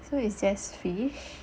so it's just fish